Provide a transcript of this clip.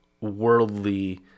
worldly